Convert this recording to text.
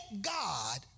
God